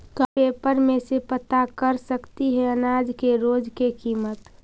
का पेपर में से पता कर सकती है अनाज के रोज के किमत?